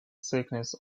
sickness